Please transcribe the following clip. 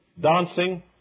dancing